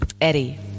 Eddie